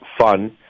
fun